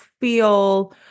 feel